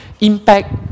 impact